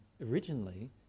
originally